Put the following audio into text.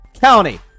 County